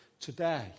today